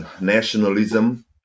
nationalism